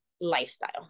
lifestyle